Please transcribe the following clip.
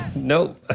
Nope